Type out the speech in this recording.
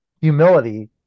humility